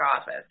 office